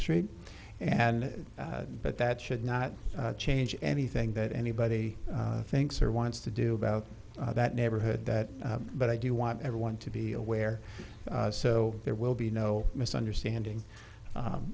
street and but that should not change anything that anybody thinks or wants to do about that neighborhood that but i do want everyone to be aware so there will be no misunderstanding